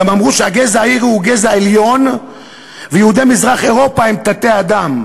גם אמרו שהגזע הארי הוא גזע עליון ויהודי מזרח-אירופה הם תת-אדם,